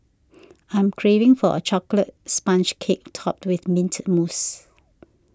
I am craving for a Chocolate Sponge Cake Topped with Mint Mousse